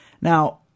Now